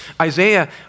Isaiah